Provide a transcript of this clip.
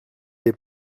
des